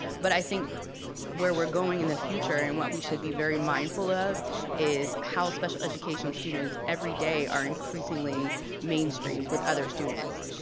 but i think where we're going in the future and what we should be very mindful of is how special education students every day are increasingly mainstreamed with other students.